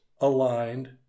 aligned